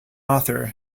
author